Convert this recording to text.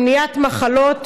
למניעת מחלות,